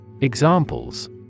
Examples